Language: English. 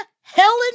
Helen